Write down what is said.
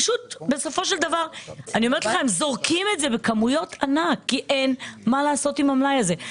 בסופו של דבר הם זורקים פרי בכמויות ענק כי אין מה לעשות עם המלאי הזה.